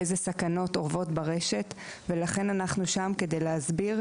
איזה סכנות אורבות ברשת ולכן אנחנו שם כדי להסביר,